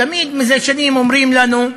תמיד, זה שנים אומרים לנו,